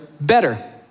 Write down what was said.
better